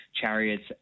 Chariots